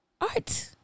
art